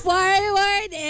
Forward